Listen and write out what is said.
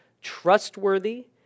trustworthy